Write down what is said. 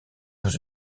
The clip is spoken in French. dans